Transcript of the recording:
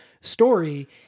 story